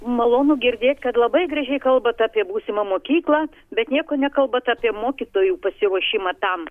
malonu girdėt kad labai gražiai kalbat apie būsimą mokyklą bet nieko nekalbat apie mokytojų pasiruošimą tam